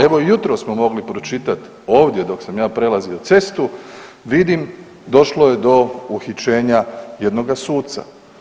Evo i jutros smo mogli pročitat ovdje dok sam ja prelazio cestu vidim došlo je do uhićenja jednoga suca.